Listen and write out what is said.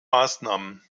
maßnahmen